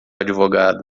advogado